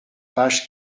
page